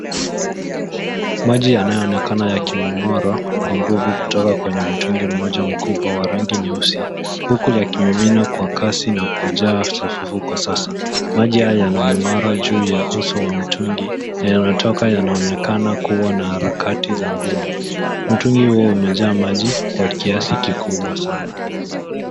Maji yanaonekana yakimung'oro kwa nguvu kutoka kwenye mtungi mmoja mkubwa wa rangi nyeusi, huku yakimimina kwa kasi na kujaa fufufu kwa sasa. Maji na yanamung'oro juu ya uso wa mtungi na yanatoka yanaonekana kuwa na harakati za nguvu. Mtungi huo umejaa maji kwa kiasi kikubwa sana.